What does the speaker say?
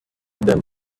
them